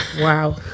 Wow